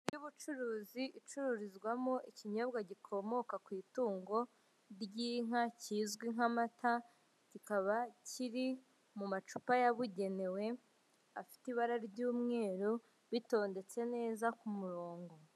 Inzu y'ubucuruzi icururizwamo ikinyobwa gikomoka ku itungo ry'inka kizwi nk'amata, kikaba kiri mu macupa yabugenewe afite ibara ry'umweru bitondetse neza ku murongo.